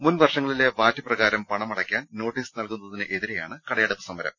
മുൻ വർഷങ്ങളിലെ വാറ്റ് പ്രകാരം പണം അടയ്ക്കാൻ നോട്ടീസ് നല്കുന്നതിനെതിരെയാണ് കടയടപ്പ് സമരം